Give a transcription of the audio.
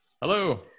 Hello